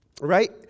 Right